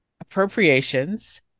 appropriations